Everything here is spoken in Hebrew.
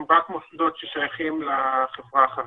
מוסדות חינוך תרבותיים ייחודים כיום זה רק מוסדות ששייכים לחברה החרדית.